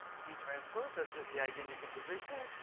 p transpose. that's just the eigendecomposition,